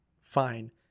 fine